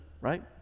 Right